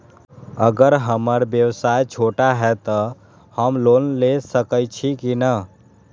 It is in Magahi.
अगर हमर व्यवसाय छोटा है त हम लोन ले सकईछी की न?